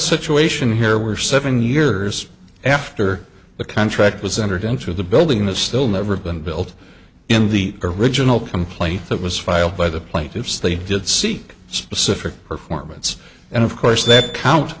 situation here were seven years after the contract was entered into the building that still never been built in the original complaint that was filed by the plaintiffs they did seek specific performance and of course that count